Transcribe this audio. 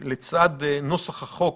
לצד נוסח החוק